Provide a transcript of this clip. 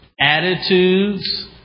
attitudes